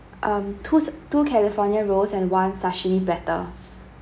um two two california rolls and one sashimi platter